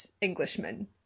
Englishman